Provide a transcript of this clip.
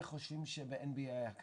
חבר הכנסת טל,